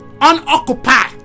unoccupied